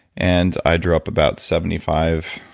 and i drop about seventy five.